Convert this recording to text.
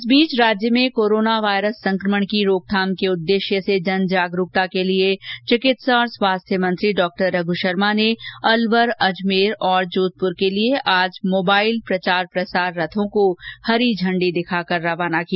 इस बीच राज्य में कोरोना वायरस संक्रमण की रोकथाम के उद्देश्य से जनजागरूकता के लिए चिकित्सा और स्वास्थ्य मंत्री डॉ रघू शर्मा ने आज अलवर अजमेर और जोधपूर के लिए मोबाईल प्रचार प्रसार रथों को हरी झंडी दिखाकर रवाना किया